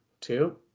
two